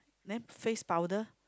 then face powder